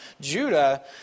Judah